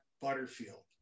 butterfield